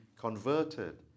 converted